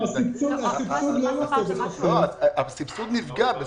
הסבסוד נפגע.